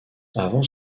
avant